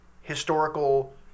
historical